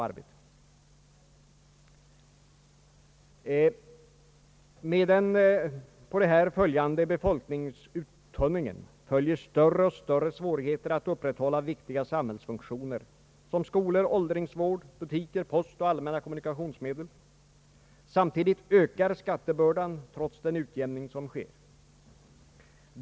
Med den därpå följande befolkningsuttunningen följer större och större svårigheter att upprätthålla viktiga samhällsfunktioner som skolor, åldringsvård, butiker, post och allmänna kommunikationsmedel. Samtidigt ökar skattebördan trots den utjämning som sker.